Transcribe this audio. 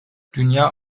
dünya